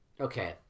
Okay